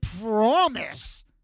promise